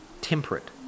temperate